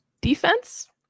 defense